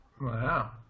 Wow